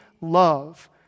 love